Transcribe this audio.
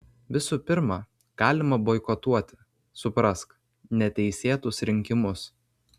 visų pirma galima boikotuoti suprask neteisėtus rinkimus